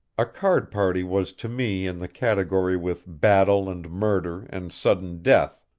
a card-party was to me in the category with battle and murder and sudden death,